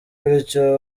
bityo